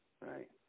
right